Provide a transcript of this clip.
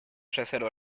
reserva